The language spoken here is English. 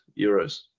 euros